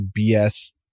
BS